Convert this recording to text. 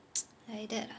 like that ah